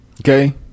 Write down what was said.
Okay